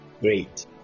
great